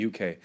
UK